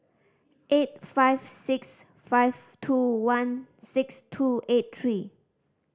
eight five six five two one six two eight three